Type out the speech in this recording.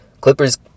Clippers